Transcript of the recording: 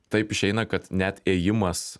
taip išeina kad net ėjimas